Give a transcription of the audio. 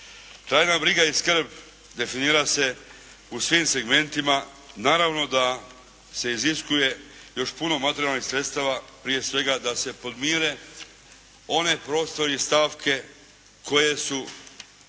Trajna briga i skrb definira se u svim segmentima, naravno da se iziskuje još puno materijalnih sredstava, prije svega da se podmire one prostori i stavke koje su